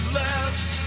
left